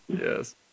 yes